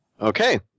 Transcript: Okay